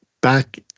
back